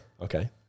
Okay